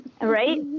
Right